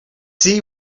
see